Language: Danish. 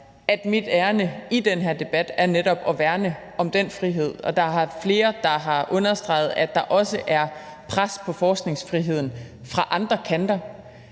at mit ærinde i den her debat netop er at værne om den frihed. Der er flere, der har understreget, at der også er pres på forskningsfriheden fra andre kanter.